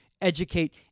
educate